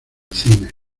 cine